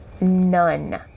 None